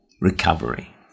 recovery